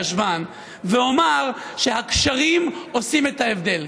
הישבן ואומר שהקשרים עושים את ההבדל.